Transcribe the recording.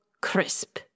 Crisp